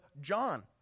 John